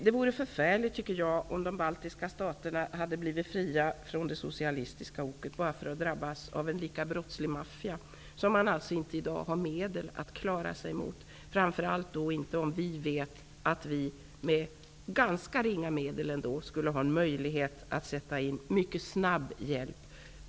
Det vore förfärligt, tycker jag, om de baltiska staterna hade blivit fria från det socialistiska oket bara för att drabbas av en lika brottslig maffia, som man alltså i dag inte har medel att klara sig mot, framför allt om vi vet att vi med ganska ringa medel ändå skulle ha en möjlighet att sätta in mycket snabb hjälp.